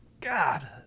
god